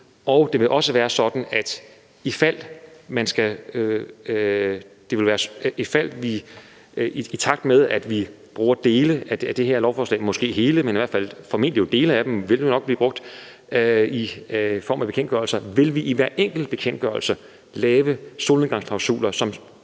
Og det vil også være sådan, at i takt med at vi bruger dele af det her lovforslag – måske det hele, men i hvert fald formentlig dele af det – i form af bekendtgørelser, vil vi i hver enkelt bekendtgørelse lave solnedgangsklausuler, som